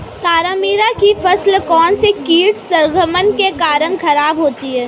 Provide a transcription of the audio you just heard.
तारामीरा की फसल कौनसे कीट संक्रमण के कारण खराब होती है?